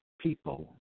people